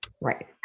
right